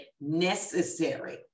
necessary